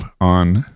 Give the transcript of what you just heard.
on